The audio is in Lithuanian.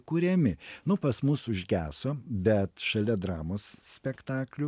kuriami nu pas mus užgeso bet šalia dramos spektaklių